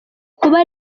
kuba